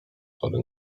tory